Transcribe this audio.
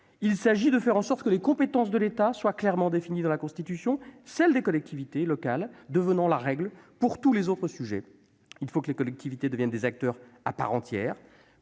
Il s'agit de faire en sorte que les compétences de l'État soient clairement définies dans la Constitution, celles des collectivités locales devenant la règle pour tous les autres sujets. Il faut que les collectivités deviennent des acteurs à part entière,